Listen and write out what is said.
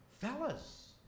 Fellas